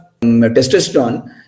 testosterone